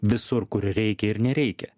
visur kur reikia ir nereikia